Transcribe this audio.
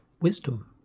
wisdom